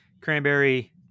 cranberry